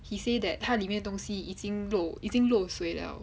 he say that 它里面东西已经漏已经漏水了